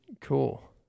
Cool